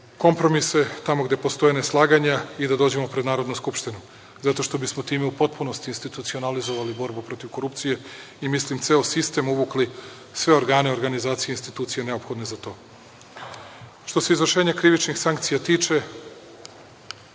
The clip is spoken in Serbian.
kompromise. Tamo gde postoji neslaganje i da dođemo pred Narodnu skupštinu zato što bismo time u potpunosti institucionalizovali borbu protiv korupcije i mislim ceo sistem, sve organe i organizacije institucije neophodne za to. Što se izvršenja krivičnih sankcija tiče